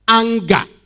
anger